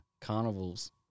carnivals